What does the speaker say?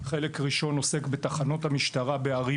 החלק הראשון עוסק בתחנות המשטרה בערים